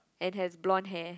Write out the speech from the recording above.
and have blonde hair